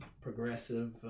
progressive